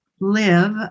live